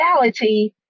reality